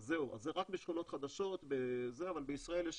אז זהו, זה רק בשכונות חדשות, אבל בישראל יש